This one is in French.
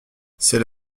c’est